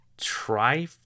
try